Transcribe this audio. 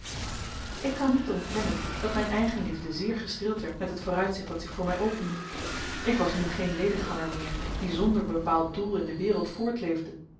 ik kan niet ontkennen dat mijn eigenliefde zeer gestreeld werd met het vooruitzicht dat zich voor mij opende ik was nu geen ledigganger meer die zonder bepaald doel in de wereld